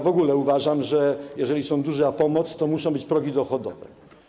W ogóle uważam, że jeżeli jest duża pomoc, to muszą być progi dochodowe.